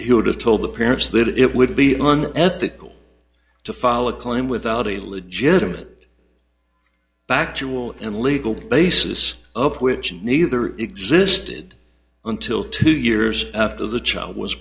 he would have told the parents that it would be ethical to file a claim without a legitimate back to will and legal basis of which neither existed until two years after the child was